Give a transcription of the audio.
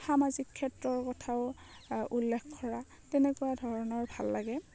সামাজিক ক্ষেত্ৰৰ কথাও উল্লেখ কৰা তেনেকুৱা ধৰণৰ ভাল লাগে